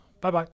Bye-bye